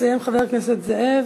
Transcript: ויסיים, חבר הכנסת זאב.